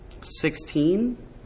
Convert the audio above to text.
Sixteen